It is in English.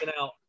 out